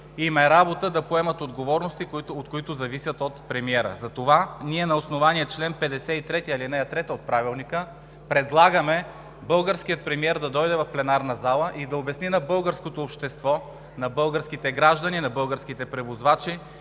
им е работа да поемат отговорности, които зависят от премиера. Затова ние на основание чл. 53, ал. 3 от Правилника предлагаме българският премиер да дойде в пленарната зала и да обясни на българското общество, на българските граждани, на българските превозвачи